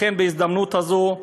לכן בהזדמנות הזו,